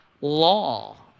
law